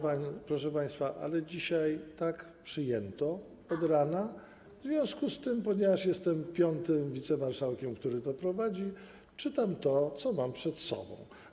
Proszę państwa, dzisiaj tak przyjęto od rana, w związku z tym, ponieważ jestem piątym wicemarszałkiem, który prowadzi posiedzenie, czytam to, co mam przed sobą.